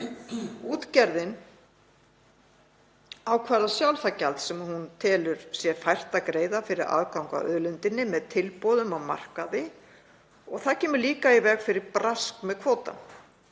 Útgerðin ákvarðar sjálf það gjald sem hún telur sér fært að greiða fyrir aðgang að auðlindinni með tilboðum á markaði og það kemur líka í veg fyrir brask með kvótann.